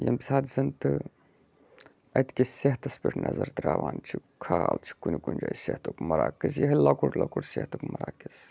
ییٚمہِ ساتہٕ زَن تہٕ اَتہِ کِس صحتَس پٮ۪ٹھ نظر ترٛاوان چھِ خال چھِ کُنہِ کُنہِ جایہِ صحتُک مَراکٕز یِہوٚے لۄکُٹ لۄکُٹ صحتُک مَراکِز